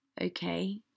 Okay